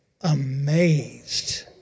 amazed